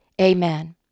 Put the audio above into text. Amen